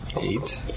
Eight